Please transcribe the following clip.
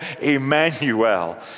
Emmanuel